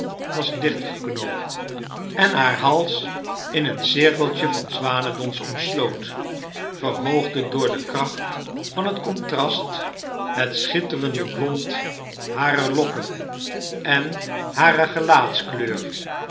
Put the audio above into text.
was dichtgeknoopt en haar hals in een cirkeltje van zwanendons omsloot verhoogde door de kracht van het contrast het scnitterende blond harer lokken en harer